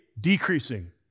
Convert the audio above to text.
decreasing